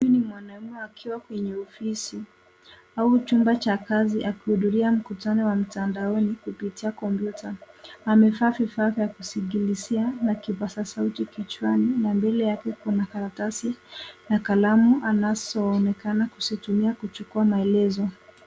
Huyu mwanamume akiwa kwenye ofisi au chumba cha kazi ya kuhudhuria mkutano wa mtandaoni kupitia kompyuta. Amevaa vifaa vya kusikilizia na kipasa sauti kichwani na mbele yake kuna karatasi na kalamu anaso onekana kusitumia kuchukua maelezo.